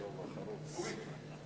דב החרוץ.